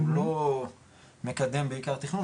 הוא לא מקדם בעיקר תכנון,